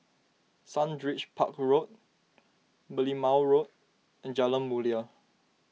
Sundridge Park Road Merlimau Road and Jalan Mulia